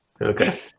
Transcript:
Okay